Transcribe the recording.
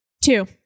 Two